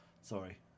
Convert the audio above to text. sorry